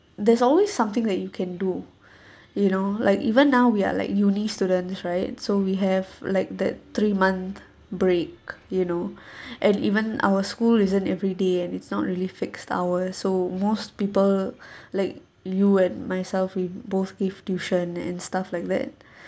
there's always something that you can do you know like even now we are like uni students right so we have like that three month break you know and even our school isn't every day and it's not really fixed hour so most people like you and myself we both give tuition and stuff like that